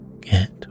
get